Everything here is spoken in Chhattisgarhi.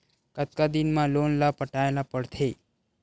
कतका दिन मा लोन ला पटाय ला पढ़ते?